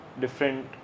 different